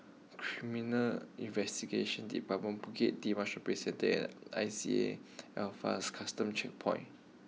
Criminal Investigation Department Bukit Timah Shopping Centre and I C A Alphas Custom Checkpoint